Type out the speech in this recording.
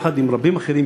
יחד עם רבים אחרים,